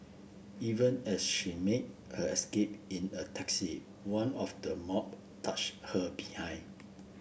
even as she made her escape in a taxi one of the mob touched her behind